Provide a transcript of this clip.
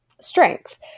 strength